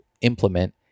implement